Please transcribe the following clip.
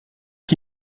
qui